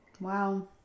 Wow